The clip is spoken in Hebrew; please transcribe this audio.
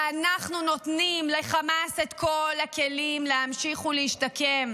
ואנחנו נותנים לחמאס את כל הכלים להמשיך ולהשתקם,